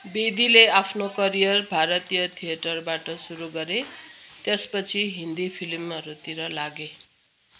बेदीले आफ्नो करियर भारतीय थेएटरबाट सुरु गरे त्यसपछि हिन्दी फिल्महरूतिर लागे